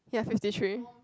ya fifty three